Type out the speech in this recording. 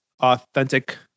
authentic